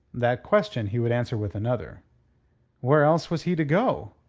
that question he would answer with another where else was he to go?